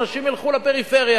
אנשים ילכו לפריפריה.